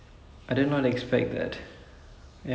அவன் அதோட:avan athoda stop பண்ணி இருக்கணும்ல:panni irukkanumla